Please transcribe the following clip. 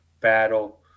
battle